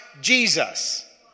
Jesus